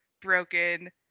broken